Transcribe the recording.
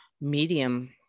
medium